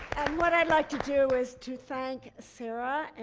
and what i'd like to do is to thank sarah